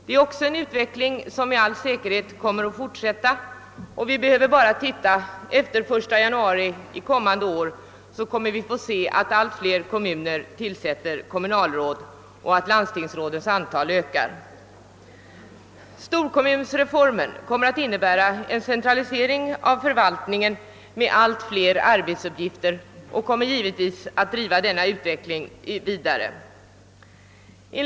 Det är också en utveckling som med all säkerhet kommer att fortsätta; efter den 1 januari kommer vi att få bevittna att allt fler kommuner tillsätter kommunalråd och att landstingsrådens antal ökar. Storkommunreformen kommer = att medföra en centralisering av förvaltningen med allt fler arbetsuppgifter för kommunerna. Detta kommer givetvis att driva den nuvarande utvecklingen vidare.